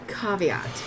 caveat